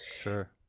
Sure